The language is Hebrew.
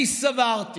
אני סברתי